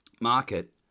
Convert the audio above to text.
market